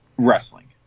wrestling